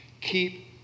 keep